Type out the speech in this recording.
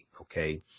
Okay